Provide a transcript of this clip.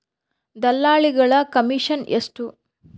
ದಲ್ಲಾಳಿಗಳ ಕಮಿಷನ್ ಎಷ್ಟು?